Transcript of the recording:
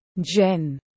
Jen